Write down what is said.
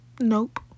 Nope